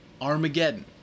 armageddon